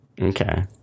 Okay